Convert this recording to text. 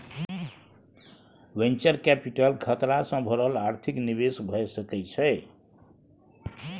venture capital खतरा सँ भरल आर्थिक निवेश भए सकइ छइ